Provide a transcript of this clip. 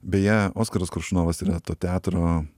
beje oskaras koršunovas yra to teatro